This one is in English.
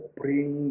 bring